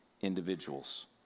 individuals